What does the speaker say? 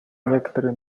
некоторые